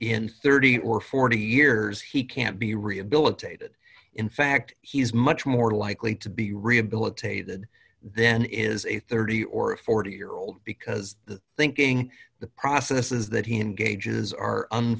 in thirty or forty years he can't be rehabilitated in fact he's much more likely to be rehabilitated then is a thirty or forty year old because the thinking process is that he engages